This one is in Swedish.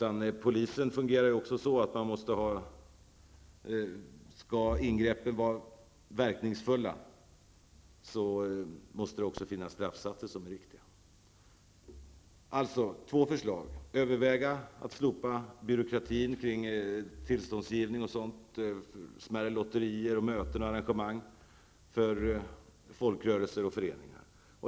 Om ingreppen skall vara verkningsfulla, måste det också finnas adekvata straffsatser. Jag har alltså två förslag. Det första förslaget är att man skall överväga att slopa byråkratin kring tillståndsgivning och sådant -- smärre lotterier, möten och arrangemang när det gäller folkrörelser och föreningar.